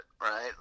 Right